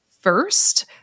first